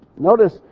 Notice